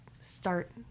start